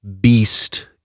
Beast